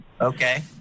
Okay